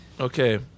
Okay